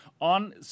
on